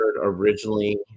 originally